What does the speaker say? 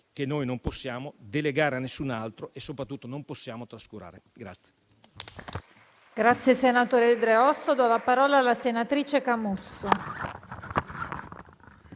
che noi non possiamo delegare a nessun altro e soprattutto non possiamo trascurare.